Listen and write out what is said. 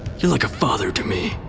you're like a father to me.